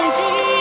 deep